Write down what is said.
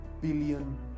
billion